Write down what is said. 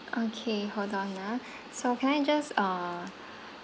okay hold on ah so can I just uh